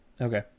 Okay